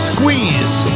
Squeeze